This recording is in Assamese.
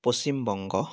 পশ্চিমবংগ